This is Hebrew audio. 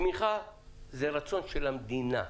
תמיכה זה רצון של המדינה.